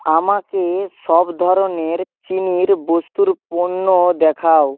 আমাকে সব ধরনের চিনির বস্তুর পণ্য দেখাও